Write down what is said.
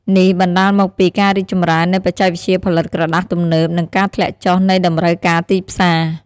នេះបណ្ដាលមកពីការរីកចម្រើននៃបច្ចេកវិទ្យាផលិតក្រដាសទំនើប និងការធ្លាក់ចុះនៃតម្រូវការទីផ្សារ។